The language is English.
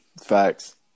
facts